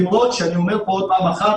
למרות שאני אומר פה עוד פעם אחת,